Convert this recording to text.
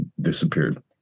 disappeared